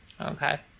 Okay